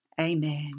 Amen